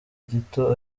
gito